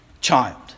child